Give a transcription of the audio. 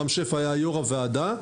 רם שפע היה יו"ר הוועדה.